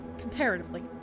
comparatively